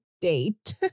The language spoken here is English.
date